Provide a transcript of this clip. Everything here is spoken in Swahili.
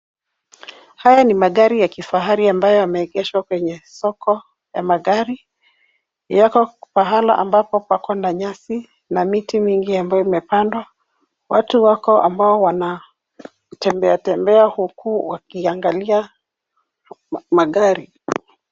Haya ni magari ya kifahari ambayo yameegeshwa kwenye soko ya magari, yako pahali ambapo pako na nyasi na miti mingi ambayo imepandwa. Watu wako ambao wanatembea tembea huku wakiangalia magari.